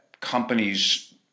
companies